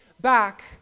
back